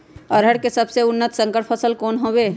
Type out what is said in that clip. अरहर के सबसे उन्नत संकर फसल कौन हव?